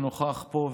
שנוכח פה,